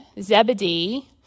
Zebedee